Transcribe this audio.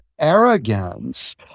arrogance